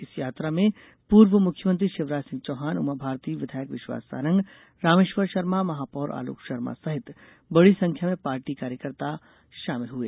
इस यात्रा में पूर्व मुख्यमंत्री शिवराज सिंह चौहान उमाभारती विधायक विश्वास सांरग रामेश्वर शर्मा महापौर आलोक शर्मा सहित बडी संख्या में पार्टी कार्यकर्ता इस यात्रा में शामिल हुए